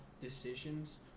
decisions